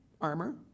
armor